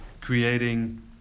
creating